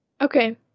okay